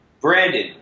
Brandon